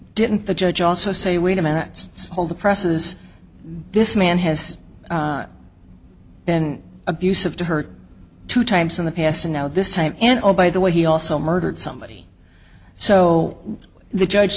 didn't the judge also say wait a minute so hold the presses this man has been abusive to her two times in the past and now this time and oh by the way he also murdered somebody so the judge